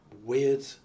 weird